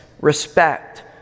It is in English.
respect